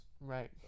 Right